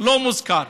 לא מוזכר.